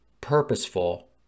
purposeful